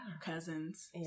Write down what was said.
cousins